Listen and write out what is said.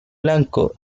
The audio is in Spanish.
blanco